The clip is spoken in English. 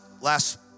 last